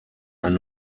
ein